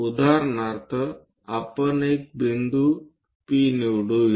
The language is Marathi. उदाहरणार्थ आपण एक बिंदू P निवडू या